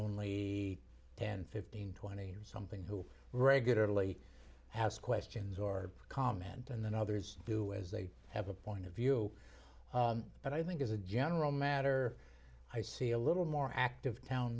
only ten fifteen twenty something who regularly house questions or comment and then others do as they have a point of view but i think as a general matter i see a little more active town